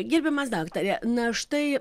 gerbiamas daktare na štai